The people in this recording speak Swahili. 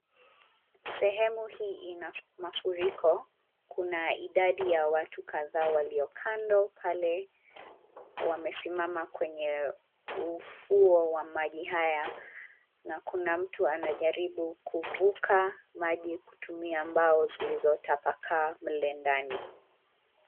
Sehemu hii ina mafuriko. Kuna idadi wa watu kadhaa walio kando pale wamesimama kwenye ufuo wa maji haya. Na kuna mtu anajaribu kuvuka maji kutumia mbao zilizotapakaa mle ndani.